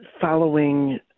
following